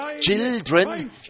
children